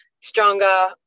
stronger